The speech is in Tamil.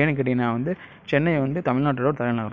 ஏன்னு கேட்டிங்கன்னால் வந்து சென்னை வந்து தமிழ்நாட்டோடய தலைநகரம்